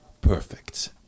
perfect